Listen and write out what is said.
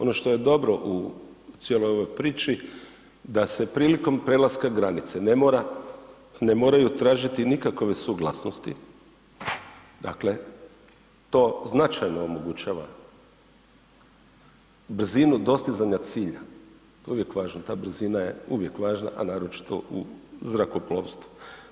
Ono što je dobro u cijeloj ovoj priči, da se prilikom prelaska granice ne moraju tražiti nikakve suglasnosti, dakle to značajno omogućava brzinu dostizanja cilja, to je uvijek važno, ta brzina je uvijek važna a naročito u zrakoplovstvu.